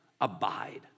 abide